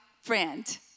friend